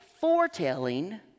foretelling